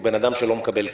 הוא בן-אדם שלא מקבל כסף.